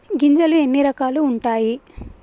గింజలు ఎన్ని రకాలు ఉంటాయి?